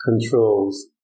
controls